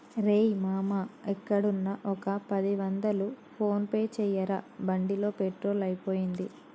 రేయ్ మామా ఎక్కడున్నా ఒక పది వందలు ఫోన్ పే చేయరా బండిలో పెట్రోల్ అయిపోయింది